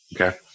Okay